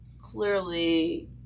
clearly